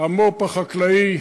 המו"פ החקלאי,